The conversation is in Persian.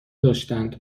داشتند